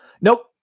Nope